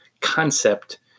concept